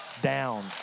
down